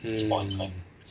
mm